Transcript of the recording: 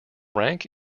rank